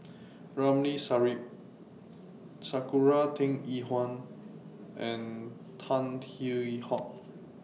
Ramli Sarip Sakura Teng Ying Hua and Tan Hwee Hock